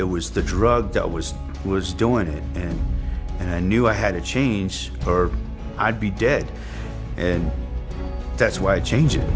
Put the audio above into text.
it was the drug that was it was doing it and and i knew i had to change or i'd be dead and that's why i change